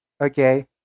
okay